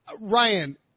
Ryan